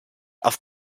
auf